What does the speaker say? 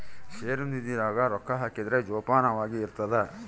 ಷೇರು ನಿಧಿ ದಾಗ ರೊಕ್ಕ ಹಾಕಿದ್ರ ಜೋಪಾನವಾಗಿ ಇರ್ತದ